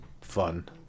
fun